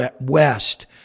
West